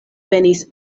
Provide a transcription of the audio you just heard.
venis